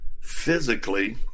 physically